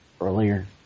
earlier